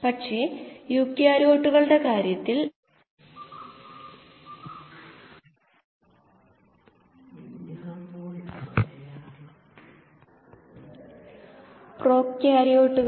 ഇപ്പോൾ അതേ സിസ്റ്റത്തിൽ കോശങ്ങളിൽ ഒരു മാസ് ബാലൻസ് ചെയ്യാൻ പോകുന്നു നേരത്തെ ഇത് മൊത്തം മാസ് ബാലൻസ് ആയിരുന്നു